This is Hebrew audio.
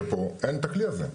ופה אין את הכלי הזה,